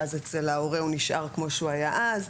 ואז אצל ההורה הוא נשאר כמו שהוא היה אז,